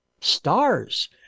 Stars